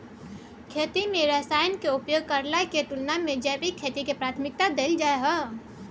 खेती में रसायन के उपयोग करला के तुलना में जैविक खेती के प्राथमिकता दैल जाय हय